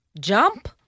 jump